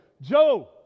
Joe